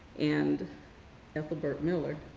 and ethelbert miller,